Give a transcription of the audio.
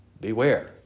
beware